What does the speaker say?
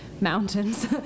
mountains